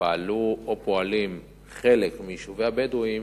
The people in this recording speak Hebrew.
שפעלו או פועלים בחלק מיישובי הבדואים,